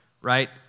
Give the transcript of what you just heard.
right